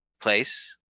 place